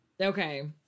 Okay